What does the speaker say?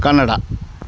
Kannada